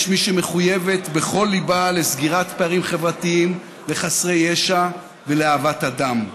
יש מי שמחויבת בכל ליבה לסגירת פערים חברתיים לחסרי ישע ולאהבת אדם.